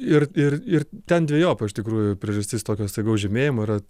ir ir ir ten dvejopa iš tikrųjų priežastis tokio staigaus žemėjimo yra